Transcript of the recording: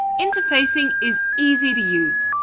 interfacing is easy to use.